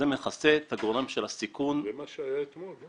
זה מכסה את גורם הסיכון --- זה לא מה שהיה אתמול?